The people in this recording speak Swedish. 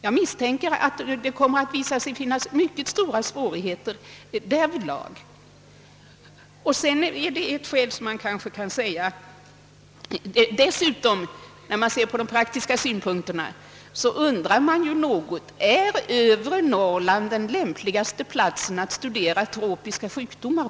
Jag misstänker att det kommer att visa sig föreligga mycket stora svårigheter därvidlag. Vidare kan man, om man ser saken ur praktisk synpunkt, undra om övre Norrland är den lämpligaste platsen för att studera tropiska sjukdomar.